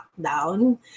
lockdown